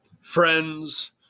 friends